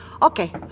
Okay